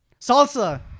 Salsa